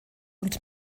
und